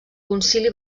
concili